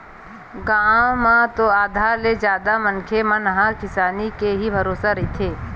गाँव म तो आधा ले जादा मनखे मन ह किसानी के ही भरोसा रहिथे